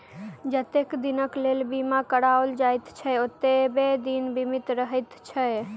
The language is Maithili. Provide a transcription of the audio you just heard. जतेक दिनक लेल बीमा कराओल जाइत छै, ओतबे दिन बीमित रहैत छै